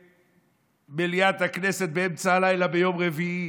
במליאת הכנסת, באמצע הלילה ביום רביעי.